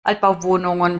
altbauwohnungen